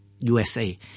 USA